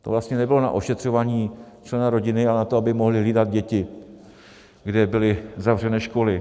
To vlastně nebylo na ošetřování člena rodiny, ale na to, aby mohli hlídat děti, kde byly zavřené školy.